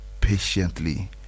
patiently